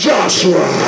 Joshua